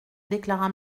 déclara